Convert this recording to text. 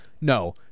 No